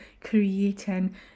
creating